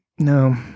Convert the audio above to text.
No